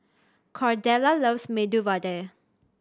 Cordella loves Medu Vada